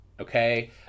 okay